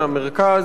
מהמרכז.